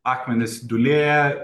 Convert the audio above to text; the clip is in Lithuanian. akmenys dūlėja